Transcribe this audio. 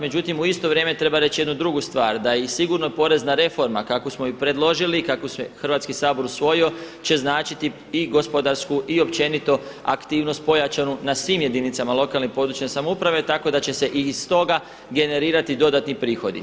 Međutim, u isto vrijeme treba reći jednu drugu stvar da i sigurno porezna reforma kakvu smo i predložili i kakvu je Hrvatski sabor usvojio će značiti i gospodarsku i općenito aktivnost pojačanu na svim jedinicama lokalne i područne samouprave tako da će se iz toga generirati dodatni prihodi.